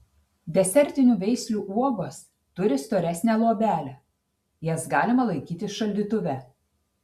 desertinių veislių uogos turi storesnę luobelę jas galima laikyti šaldytuve